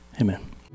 Amen